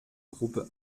gruppe